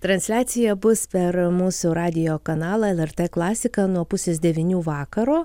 transliacija bus per mūsų radijo kanalą lrt klasika nuo pusės devynių vakaro